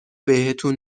بهتون